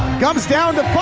comes down to fi